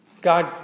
God